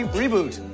reboot